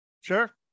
sure